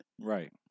Right